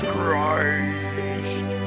Christ